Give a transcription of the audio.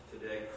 today